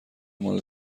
مال